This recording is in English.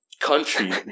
country